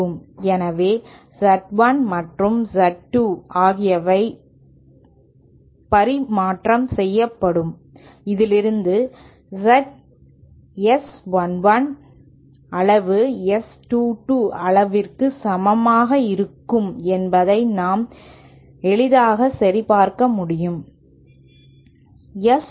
எனவே Z 1 மற்றும் Z 2 ஆகியவை பரிமாற்றம் செய்யப்படும் இதிலிருந்து S 1 1 மாக் அளவு S 2 2 அளவிற்கு சமமாக இருக்கும் என்பதை நாம் எளிதாக சரிபார்க்க முடியும்